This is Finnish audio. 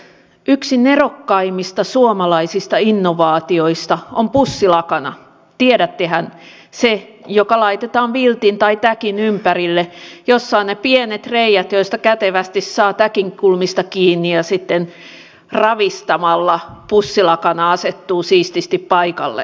yksi nerokkaimmista suomalaisista innovaatioista on pussilakana tiedättehän se joka laitetaan viltin tai täkin ympärille ja jossa on ne pienet reiät joista kätevästi saa täkin kulmista kiinni ja sitten ravistamalla pussilakana asettuu siististi paikalleen